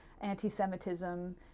anti-Semitism